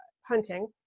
hunting